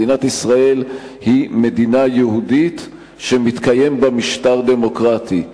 מדינת ישראל היא מדינה יהודית שמתקיים בה משטר דמוקרטי.